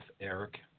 Eric